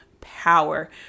power